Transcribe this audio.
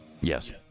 Yes